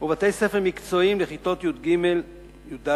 וכן בתי-ספר מקצועיים לכיתות י"ג י"ד,